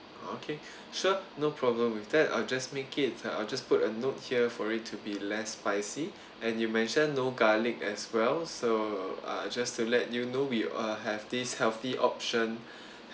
okay sure no problem with that I'll just make it uh I'll just put a note here for it to be less spicy and you mentioned no garlic as well so uh just to let you know we uh have these healthy option